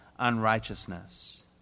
unrighteousness